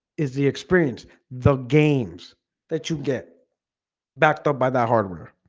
is the experience the games that you get backed up by that hardware